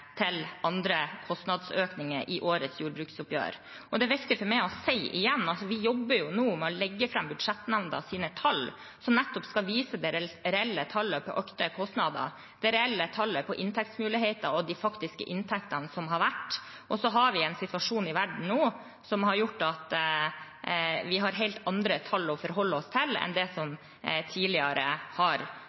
til andre kostnadsøkninger i årets jordbruksoppgjør. Det er viktig for meg å si igjen at vi nå jobber med å legge fram budsjettnemndas tall, som nettopp skal vise det reelle tallet på økte kostnader, det reelle tallet på inntektsmuligheter og de faktiske inntektene som har vært. Så har vi en situasjon i verden nå som har gjort at vi har helt andre tall å forholde oss til enn det som tidligere har